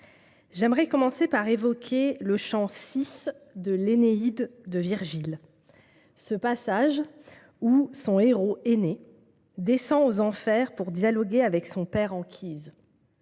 j’aimerais commencer par évoquer le chant VI de de Virgile, ce passage où son héros, Énée, descend aux enfers pour dialoguer avec son père Anchise.